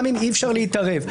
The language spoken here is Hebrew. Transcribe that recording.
גם אם אי-אפשר להתערב.